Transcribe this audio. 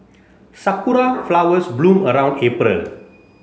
Sakura flowers bloom around April